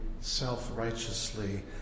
self-righteously